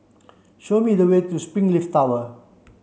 show me the way to Springleaf Tower